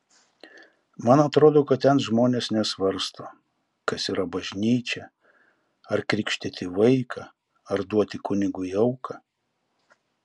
man atrodo kad ten žmonės nesvarsto kas yra bažnyčia ar krikštyti vaiką ar duoti kunigui auką